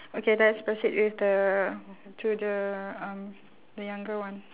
okay let's proceed with the to the um the younger one